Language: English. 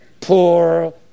poor